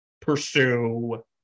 pursue